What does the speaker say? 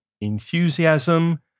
enthusiasm